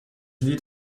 lied